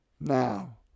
Now